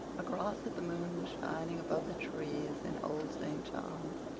across it the moon was shining above the trees in old st. john's,